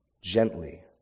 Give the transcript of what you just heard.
gently